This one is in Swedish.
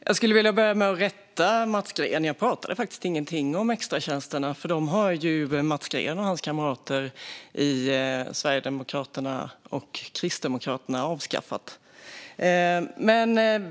Fru talman! Jag vill börja med att rätta Mats Green. Jag pratade ingenting om extratjänsterna, för dem har Mats Green och hans kamrater i Sverigedemokraterna och Kristdemokraterna avskaffat.